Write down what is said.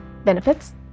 benefits